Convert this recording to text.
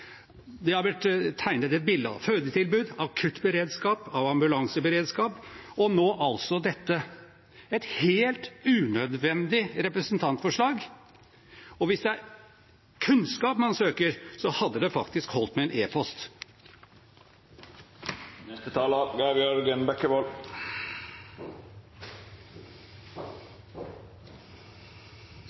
Det har blitt tegnet et bilde av fødetilbud, av akuttberedskap, av ambulanseberedskap og nå altså dette – et helt unødvendig representantforslag. Hvis det er kunnskap man søker, hadde det faktisk holdt med en